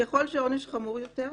ככל שהעונש חמור יותר,